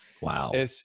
Wow